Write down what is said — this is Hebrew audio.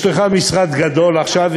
יש לך משרד גדול עכשיו,